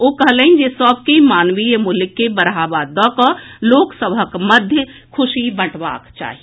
ओ कहलनि जे सभ कॅ मानवीय मुल्य कॅ बढ़ावा दऽ कऽ लोक सभक मध्य खुशी बंटबाक चाही